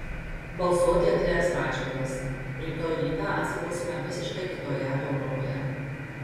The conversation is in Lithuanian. balsuoti atėjęs radžvilas rytoj rytą atsibusime visiškai kitoje europoje